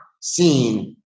seen